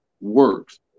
works